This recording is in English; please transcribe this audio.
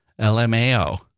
LMAO